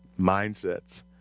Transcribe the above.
mindsets